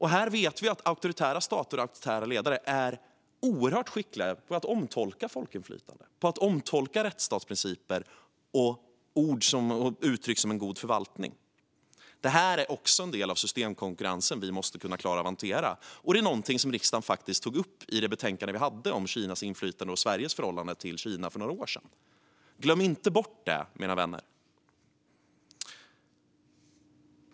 Här vet vi att auktoritära stater och auktoritära ledare är oerhört skickliga på att omtolka folkinflytande och att omtolka rättsstatsprinciper och uttryck som en god förvaltning. Detta är också en del av systemkonkurrensen som vi måste klara av att hantera. Och det är någonting som riksdagen faktiskt tog upp i det betänkande som vi hade om Kinas inflytande och Sveriges förhållande till Kina för några år sedan. Glöm inte bort det, mina vänner!